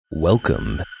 Welcome